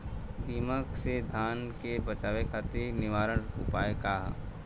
दिमक से धान के बचावे खातिर निवारक उपाय का ह?